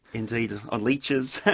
indeed, on leaches.